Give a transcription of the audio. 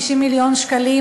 50 מיליון שקלים,